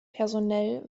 personell